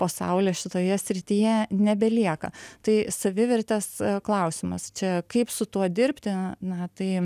po saule šitoje srityje nebelieka tai savivertės klausimas čia kaip su tuo dirbti na tai